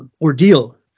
ordeal